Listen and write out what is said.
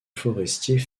forestier